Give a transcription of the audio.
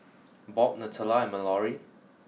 Bob Natalya and Mallory